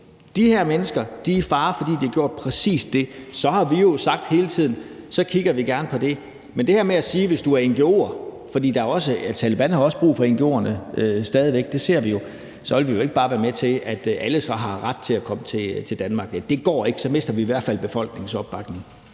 de her mennesker er i fare, fordi de har gjort præcis det og det, så har vi jo hele tiden sagt, at så kigger vi gerne på det. Men det her med at sige, at hvis du er ngo'er – Taleban har også brug for ngo'erne stadig væk, det ser vi jo – så vil vi jo ikke være med til, at alle så bare har ret til at komme til Danmark. Det går ikke. Så mister vi i hvert fald befolkningens opbakning.